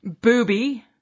Booby